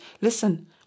listen